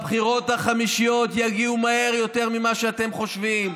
הבחירות החמישיות יגיעו מהר יותר ממה שאתם חושבים.